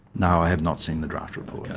no, i have not seen the draft report. yeah